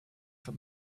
for